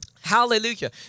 Hallelujah